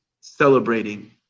celebrating